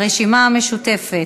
הרשימה המשותפת,